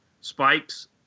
spikes